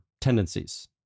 tendencies